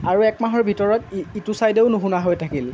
আৰু এক মাহৰ ভিতৰত ই ইটো ছাইডেও নুশুনা হৈ থাকিল